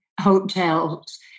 hotels